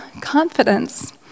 confidence